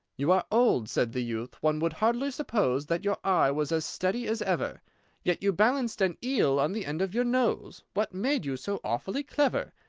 you are old, said the youth, one would hardly suppose that your eye was as steady as ever yet you balanced an eel on the end of your nose what made you so awfully clever?